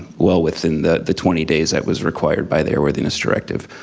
well within the the twenty days that was required by the airworthiness directive.